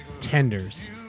Tenders